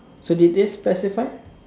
so did they specify